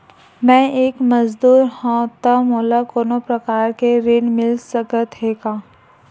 मैं एक मजदूर हंव त मोला कोनो प्रकार के ऋण मिल सकत हे का?